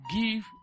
Give